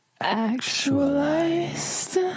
actualized